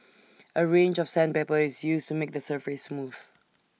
A range of sandpaper is used to make the surface smooth